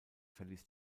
verließ